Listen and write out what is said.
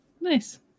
Nice